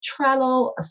Trello